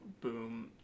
boom